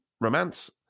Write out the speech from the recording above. romance